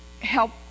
help